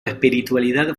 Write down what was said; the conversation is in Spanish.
espiritualidad